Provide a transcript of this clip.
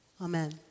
Amen